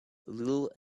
little